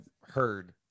heard